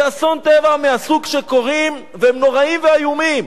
זה אסון טבע מהסוג שקורה, והם נוראים ואיומים.